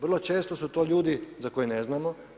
Vrlo često su to ljudi za koje ne znamo.